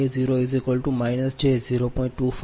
63 p